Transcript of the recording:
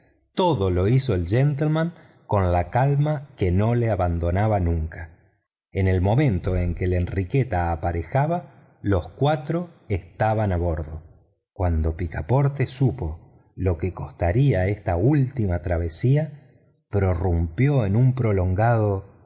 todo lo hizo el gentieinan con la calma que no le abandonaba nunca en el momento en que la enriqueta aparejaba los cuatro estaban a bordo cuatido supo picaporte lo que costaría esta última travesía prorrumpió en un prolongado